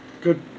Good